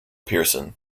pearson